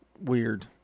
weird